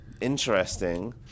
interesting